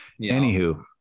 Anywho